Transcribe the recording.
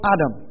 Adam